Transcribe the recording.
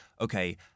okay